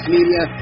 Media